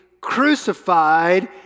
crucified